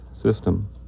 system